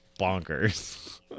bonkers